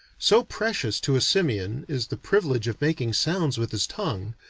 so precious to a simian is the privilege of making sounds with his tongue,